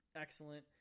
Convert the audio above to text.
excellent